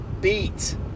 beat